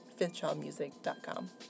fifthchildmusic.com